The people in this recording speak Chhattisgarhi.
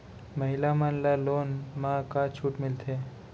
महिला मन ला लोन मा का छूट मिलथे?